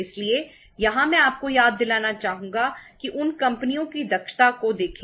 इसलिए यहां मैं आपको याद दिलाना चाहूंगा कि उन कंपनियों की दक्षता को देखें